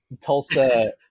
Tulsa